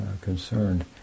concerned